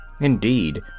Indeed